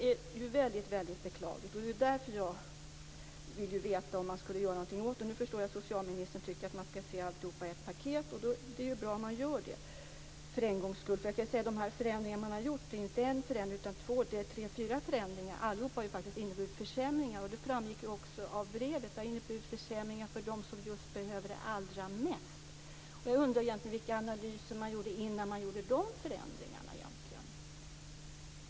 Det är väldigt beklagligt. Därför vill jag veta om man skall göra något åt det. Jag förstår nu att socialministern tycker att man skall se alltihop i ett paket. Det är ju bra om man gör det för en gångs skull. Det är inte en förändring man har gjort, utan tre fyra förändringar, och allihop har faktiskt inneburit försämringar. Det framgick ju också av brevet. Det har inneburit försämringar för just dem som behöver assistans allra mest. Jag undrar vilka analyser man gjorde innan man gjorde de förändringarna.